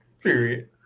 Period